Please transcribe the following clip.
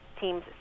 teams